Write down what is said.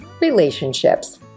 relationships